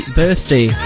birthday